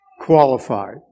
Qualified